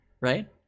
right